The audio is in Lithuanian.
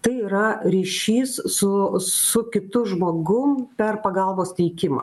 tai yra ryšys su su kitu žmogum per pagalbos teikimą